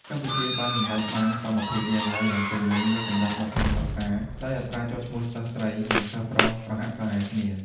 កម្ពុជាបានសម្រេចបានសមភាពយេនឌ័រយ៉ាងពេញលេញនៅកម្រិតបឋមសិក្សា ដោយអត្រាចុះឈ្មោះសិស្សស្រីនិងសិស្សប្រុសប្រហាក់ប្រហែលគ្នា។